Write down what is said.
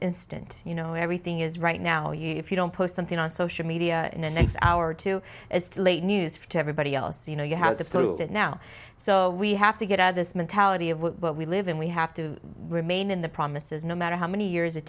instant you know everything is right now you if you don't post something on social media and next hour to escalate news to everybody else you know you have this constant now so we have to get out of this mentality of what we live in we have to remain in the promises no matter how many years it